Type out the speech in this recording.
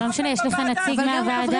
עם כל הכבוד,